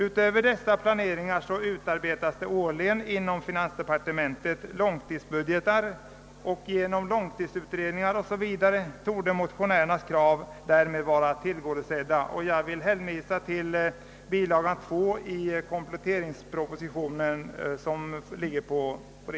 Utöver dessa planeringar utarbetas årligen inom finansdepartementet långtidsbudgeter, och vidare företas ju långtidsutredningar. Motionärernas krav torde därmed vara tillgodosedda. Jag hänvisar i detta sammanhang till bilaga 2 i kompletteringspropositionen.